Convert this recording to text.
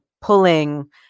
pulling